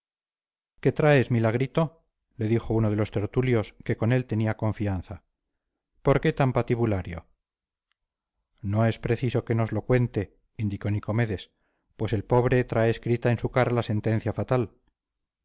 qué traes milagrito le dijo uno de los tertulios que con él tenía confianza por qué tan patibulario no es preciso que nos lo cuente indicó nicomedes pues el pobre trae escrita en su cara la sentencia fatal